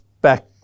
back